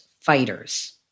fighters